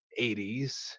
80s